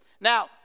Now